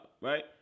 right